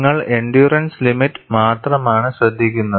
നിങ്ങൾ endurance limits മാത്രമാണ് ശ്രദ്ധിക്കുന്നത്